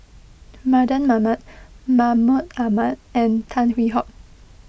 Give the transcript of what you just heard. Mardan Mamat Mahmud Ahmad and Tan Hwee Hock